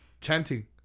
chanting